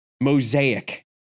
mosaic